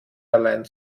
allein